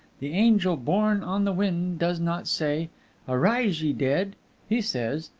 the angel borne on the wind does not say arise, ye dead he says,